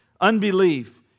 Unbelief